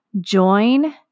join